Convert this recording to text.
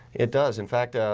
it does in fact,